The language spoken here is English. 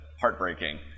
heartbreaking